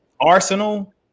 arsenal